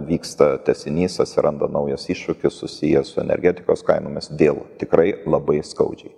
vyksta tęsinys atsiranda naujas iššūkis susijęs su energetikos kainomis dėl tikrai labai skaudžiai